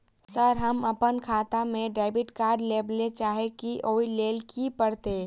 Sir हम अप्पन खाता मे डेबिट कार्ड लेबलेल चाहे छी ओई लेल की परतै?